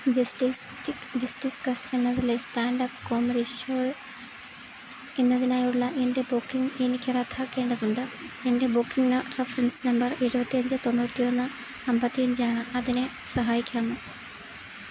ജസ്റ്റിസ്ക്കസ് എന്നതിലെ standup comedy show എന്നതിനായുള്ള എൻറ്റെ ബുക്കിങ് എനിക്ക് റദ്ദാക്കേണ്ടതുണ്ട് എൻറ്റെ ബുക്കിങ്ങ് റഫറൻസ് നമ്പർ എഴുപത്തിയഞ്ച് തൊണ്ണൂറ്റിയൊന്ന് അമ്പത്തിയഞ്ചാണ് അതിനെന്നെ സഹായിക്കാമോ